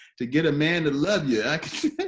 to get a man to love you